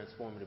transformative